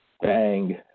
bang